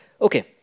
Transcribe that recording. Okay